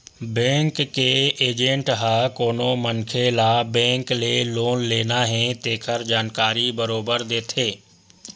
bank के agent ह कोनो मनखे ल बेंक ले लोन लेना हे तेखर जानकारी बरोबर देथे